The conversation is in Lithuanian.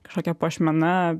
kažkokia puošmena